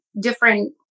different